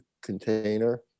container